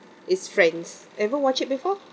it's friends ever watch it before